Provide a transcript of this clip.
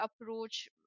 approach